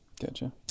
Gotcha